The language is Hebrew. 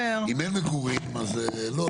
אם אין מגורים אז לא,